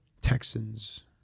Texans